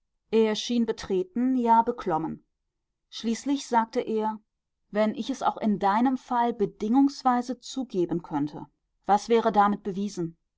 schien betreten ja beklommen schließlich sagte er wenn ich es auch in deinem fall bedingungsweise zugeben könnte was wäre damit bewiesen